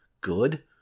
Good